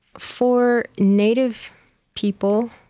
for native people,